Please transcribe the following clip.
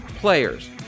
players